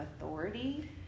authority